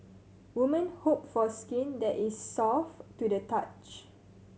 women hope for skin that is soft to the touch